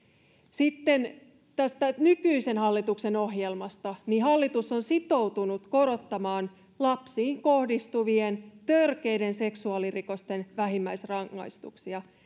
sitten tästä nykyisen hallituksen ohjelmasta hallitus on sitoutunut korottamaan lapsiin kohdistuvien törkeiden seksuaalirikosten vähimmäisrangaistuksia